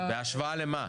בהשוואה למה?